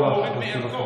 לא מוריד מערכו,